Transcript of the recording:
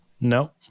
No